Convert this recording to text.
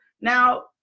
Now